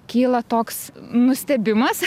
kyla toks nustebimas